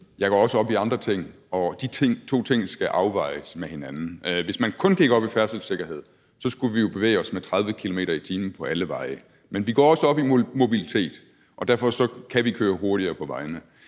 Jeg går også op i andre ting. De ting skal afvejes mod hinanden. Hvis man kun gik op i færdselssikkerheden, skulle vi jo bevæge os med 30 km/t. på alle veje. Men vi går også op i mobilitet, og derfor kan vi køre hurtigere på vejene.